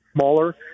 smaller